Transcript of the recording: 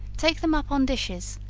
take them up on dishes,